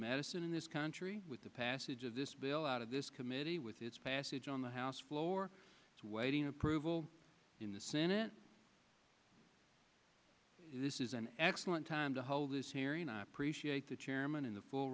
medicine in this country with the passage of this bill out of this committee with its passage on the house floor waiting approval in the senate this is an excellent time to hold this hearing i appreciate the chairman and the full